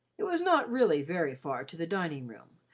it was not really very far to the dining-room,